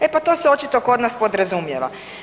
E pa to se očito kod nas podrazumijeva.